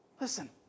Listen